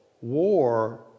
war